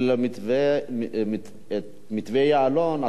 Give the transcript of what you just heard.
מתווה יעלון,